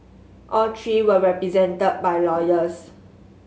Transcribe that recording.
all three were represented by lawyers